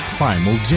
Primal